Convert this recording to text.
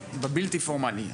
בבלתי פורמלי,